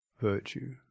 virtue